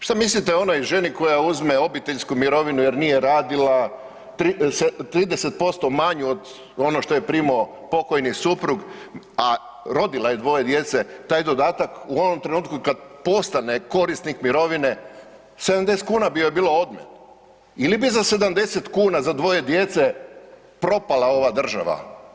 Što mislite o onoj ženi koja uzme obiteljsku mirovinu jer nije radila 30% manju od onog što je primao pokojni suprug, a rodila je dvoje djece, taj dodatak u onom trenutku kada postane korisnik mirovine 70 kuna bilo joj bilo odmet ili bi za 70 kuna za dvoje djece propala ova država?